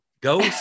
go